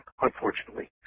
unfortunately